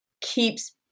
keeps